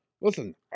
Listen